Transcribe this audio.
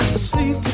ah asleep